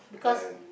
uh and